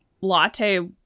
latte